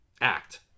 Act